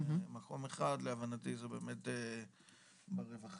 מקום אחד להבנתי זה באמת ברווחה,